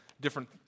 different